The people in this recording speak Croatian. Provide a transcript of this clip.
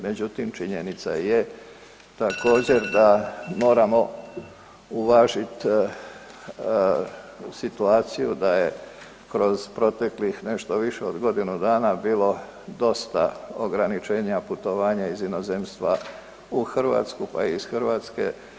Međutim, činjenica je također, da moramo uvažiti situaciju da je kroz proteklih, nešto više od godinu dana bilo dosta ograničenja putovanja iz inozemstva u Hrvatsku, pa iz Hrvatske.